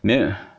没有